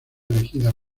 elegida